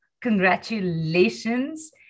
congratulations